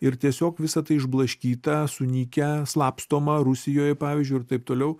ir tiesiog visa tai išblaškyta sunykę slapstoma rusijoj pavyzdžiui ir taip toliau